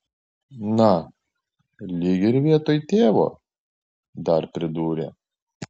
na lyg ir vietoj tėvo dar pridūrė